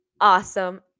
awesome